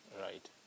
Right